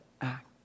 act